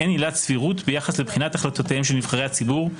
באין עילת סבירות ביחס לבחינת החלטותיהם של נבחרי הציבור,